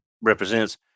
represents